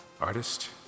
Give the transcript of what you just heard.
Artist